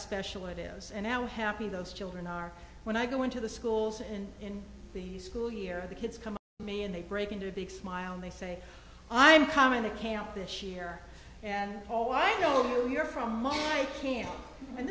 special it is and how happy those children are when i go into the schools and in the school year the kids come to me and they break into a big smile and they say i'm coming to camp this year and i know you're from my camp and